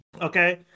Okay